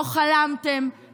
לא חלמתם,